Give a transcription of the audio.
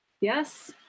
Yes